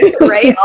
Right